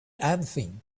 anything